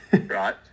Right